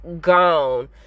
gone